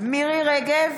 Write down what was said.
מירי מרים רגב,